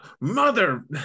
mother